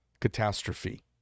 catastrophe